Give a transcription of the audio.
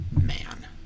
man